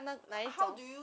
mm